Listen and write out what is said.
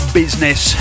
business